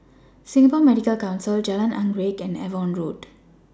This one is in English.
Singapore Medical Council Jalan Anggerek and Avon Road